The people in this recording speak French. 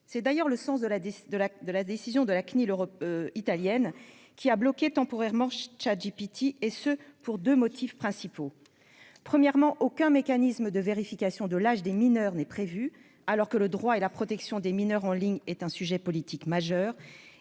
C'est d'ailleurs le sens de la décision de l'équivalent italien de la Cnil, qui a temporairement bloqué ChatGPT, pour deux motifs principaux. D'une part, aucun mécanisme de vérification de l'âge des mineurs n'est prévu, alors que le droit et la protection des mineurs en ligne sont un sujet politique majeur.